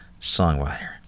songwriter